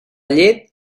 llet